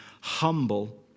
humble